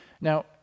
Now